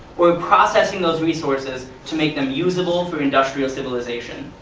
or processing those resources to make them usable for industrial civilization.